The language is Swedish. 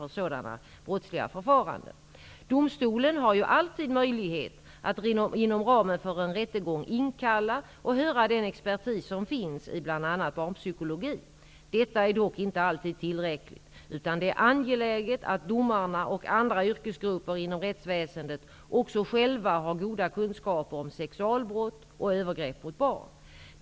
Domstolen har ju alltid möjlighet att inom ramen för en rättegång inkalla och höra den expertis som finns i bl.a. barnpsykologi. Detta är dock inte alltid tillräckligt utan det är angeläget att domarna och andra yrkesgrupper inom rättsväsendet också själva har goda kunskaper om sexualbrott och övergrepp mot barn.